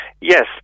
Yes